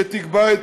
שתקבע את